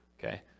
Okay